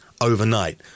overnight